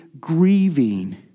grieving